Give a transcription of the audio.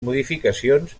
modificacions